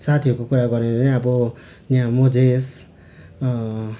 साथीहरूको कुरा गरेँ भने अब यहाँ मझेस